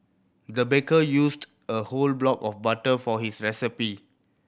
the baker used a whole block of butter for this recipe